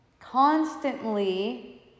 constantly